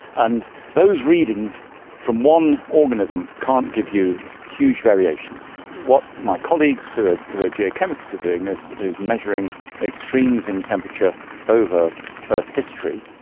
and those readings from one organism can't give you huge variations. what my colleagues who ah are geochemists are doing is is measuring extremes in temperature over earth history,